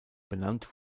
benannt